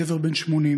גבר בן 80,